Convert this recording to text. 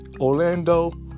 Orlando